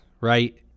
right